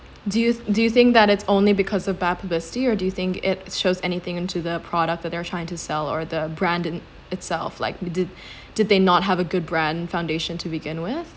do you do you think that it's only because of bad publicity or do you think it shows anything into their product that they're trying to sell or their branding itself like did did they not have a good brand foundation to begin with